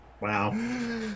Wow